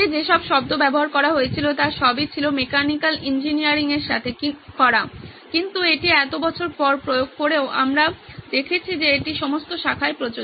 যেসব শব্দ ব্যবহার করা হয়েছিল তা সবই ছিল মেকানিক্যাল ইঞ্জিনিয়ারিং এর সাথে করা কিন্তু এটি এত বছর পর প্রয়োগ করেও আমরা দেখেছি যে এটি সমস্ত শাখায় প্রযোজ্য